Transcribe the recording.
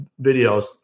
videos